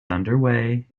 underway